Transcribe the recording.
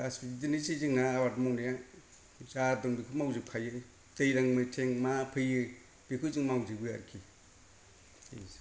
गासिबो बिदिनोसै जोंना आबाद मावनाया जा दं बेखौ मावजोबखायो दैलां मेसें मा फैयो बेखौ जों मावजोबो आरखि